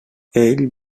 ell